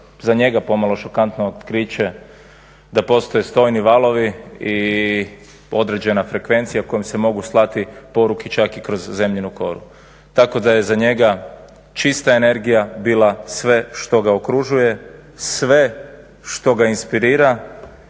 za njega pomalo šokantno otkriće da postoje stojni valovi i određena frekvencija kojom se mogu slati poruke čak i kroz Zemljinu koru tako da je za njega čista energija bila sve što ga okružuje, sve što ga inspirira,